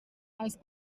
els